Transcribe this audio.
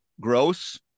gross